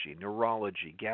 neurology